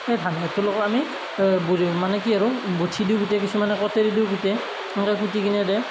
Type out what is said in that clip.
সেই ধান খেৰটোৰ লগত আমি মানে কি আৰু বঠি দিওঁ বটে কিছুমানে কটাৰি দিওঁ কুটে সেনেকৈ কুটি কিনে দিয়ে